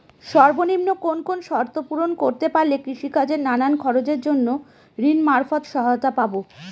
সর্বনিম্ন কোন কোন শর্ত পূরণ করতে পারলে কৃষিকাজের নানান খরচের জন্য ঋণ মারফত সহায়তা পাব?